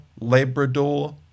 Labrador